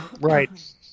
Right